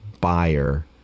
buyer